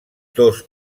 dos